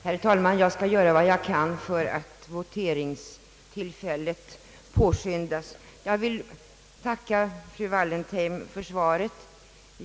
Herr talman! Jag skall göra vad jag kan för att voteringstillfället påskyndas. Jag vill bara tacka fru Wallentheim för svaret.